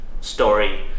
story